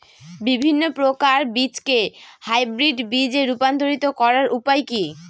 বিভিন্ন প্রকার বীজকে হাইব্রিড বীজ এ রূপান্তরিত করার উপায় কি?